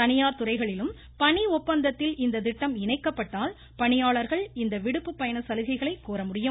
தனியார் துறைகளிலும் பணி ஒப்பந்தத்தில் இந்த திட்டம் இணைக்கப்பட்டால் பணியாளர்கள் இந்த விடுப்பு பயண சலுகைகளை கோரமுடியும்